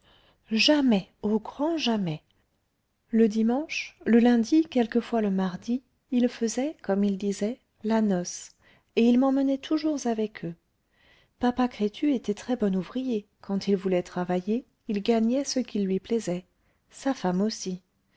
jamais au grand jamais le dimanche le lundi quelquefois le mardi ils faisaient comme ils disaient la noce et ils m'emmenaient toujours avec eux papa crétu était très-bon ouvrier quand il voulait travailler il gagnait ce qu'il lui plaisait sa femme aussi